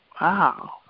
Wow